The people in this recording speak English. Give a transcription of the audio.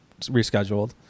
rescheduled